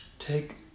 take